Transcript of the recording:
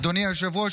אדוני היושב-ראש,